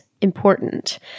important